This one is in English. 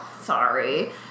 Sorry